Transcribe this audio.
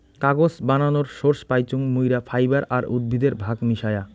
কাগজ বানানোর সোর্স পাইচুঙ মুইরা ফাইবার আর উদ্ভিদের ভাগ মিশায়া